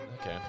Okay